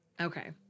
Okay